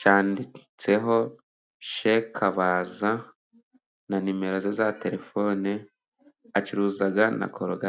cyanditseho shekabaza na nimero za telefone acuruza na korogate.